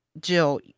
jill